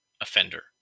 offender